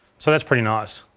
so that's pretty nice.